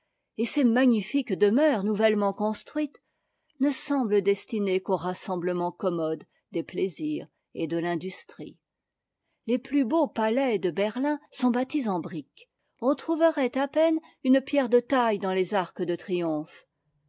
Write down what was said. et ces magnifiques demeures nouvellement construites ne semblent destinées qu'aux rassemblements commodes des plaisirs et de l'industrie les plus beaux palais de berlin sont bâtis en briques on trouverait à peine une pierre de taille dans les arcs de triomphe